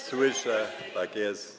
Słyszę, tak jest.